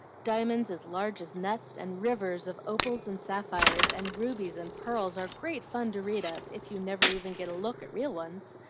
diamonds as large as nuts, and rivers of opals and sapphires, and rubies and pearls, are great fun to read of, if you never even get a look at real ones.